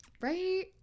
Right